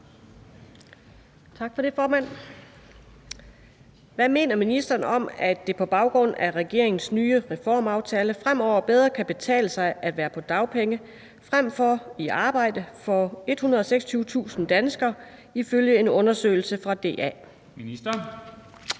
Tak for det, formand. Hvad mener ministeren om, at det på baggrund af regeringens nye reformaftale fremover bedre kan betale sig at være på dagpenge frem for i arbejde for 126.000 danskere ifølge en undersøgelse fra DA? Kl.